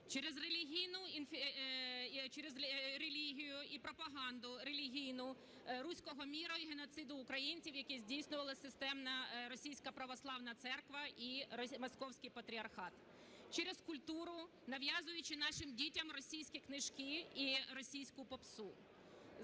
через релігію і пропаганду релігійну "руського міра" і геноциду українців, який здійснювали системно Російська православна церква і Московський патріархат, через культуру, нав'язуючи нашим дітям російські книжки і російську попсу.